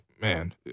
man